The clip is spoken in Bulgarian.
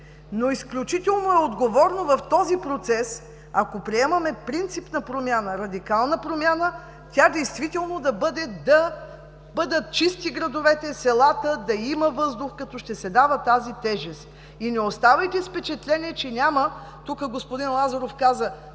Но изключително е отговорно в този процес, ако приемаме принципна, радикална промяна, действително да бъдат чисти градовете и селата, да има въздух като ще се дава тази тежест. И не оставайте с впечатление, че няма, тука господин Лазаров каза: